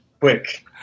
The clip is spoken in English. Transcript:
quick